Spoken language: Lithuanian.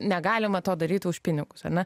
negalima to daryti už pinigus ane